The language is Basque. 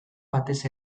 batez